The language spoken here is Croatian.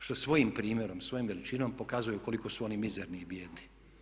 Zato što svojim primjerom, svojom veličinom pokazuju koliko su oni mizerni i bijedni.